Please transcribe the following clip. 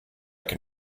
can